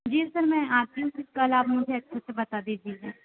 जी sir मैं आती हूँ फ़िर कल आप मुझे अच्छे से बता दीजिएगा